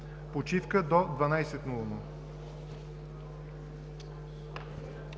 Почивка до 12,00